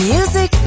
Music